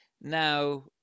Now